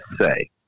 say